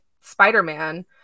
Spider-Man